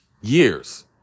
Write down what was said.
years